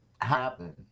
happen